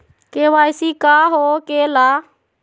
KYC का हो के ला?